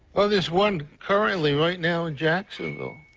um is one currently right now in jacksonville,